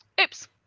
Oops